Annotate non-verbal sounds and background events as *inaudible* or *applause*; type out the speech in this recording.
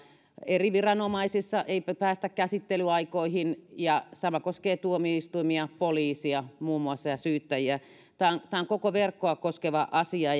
eri viranomaisissa ei päästä käsittelyaikoihin ja sama koskee tuomioistuimia poliisia ja syyttäjiä muun muassa tämä on koko verkkoa koskeva asia *unintelligible*